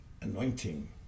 anointing